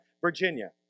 Virginia